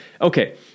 okay